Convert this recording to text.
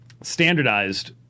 standardized